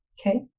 okay